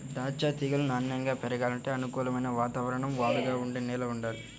దాచ్చా తీగలు నాన్నెంగా పెరగాలంటే అనుకూలమైన వాతావరణం, వాలుగా ఉండే నేల వుండాలి